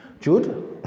jude